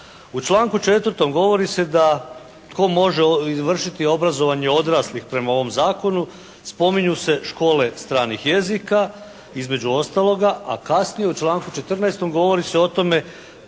U članku 4. govori se da tko može izvršiti obrazovanje odraslih prema ovom zakonu? Spominju se škole stranih jezika, između ostaloga. A kasnije u članku 14. govori se o tome